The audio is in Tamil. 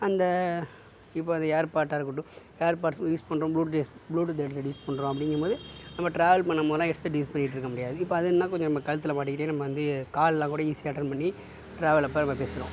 அந்த இப்போ இந்த ஏர்பார்ட்டாக இருக்கட்டும் ஏர்பார்ட்லாம் யூஸ் பண்ணுற புளுத்துட் புளுத்துட் ஹெட்செட் யூஸ் பண்ணுறோம் அப்படிங்கும் போது நம்ப டிராவல் பண்ணும் போதுலாம் ஹெட்செட் யூஸ் பண்ணிக்கிட்டு இருக்க முடியாது இப்போ அது இருந்தா நம்ம கழுத்தில் மாட்டிகிட்டே நம்ம வந்து கால்லாம் கூட ஈஸியாக அட்டன் பண்ணி டிராவல் அப்போ பேசலாம்